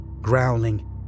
growling